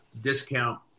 discount